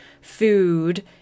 food